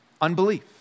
Unbelief